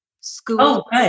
school